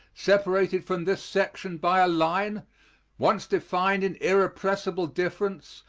separated from this section by a line once defined in irrepressible difference,